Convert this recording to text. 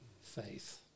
faith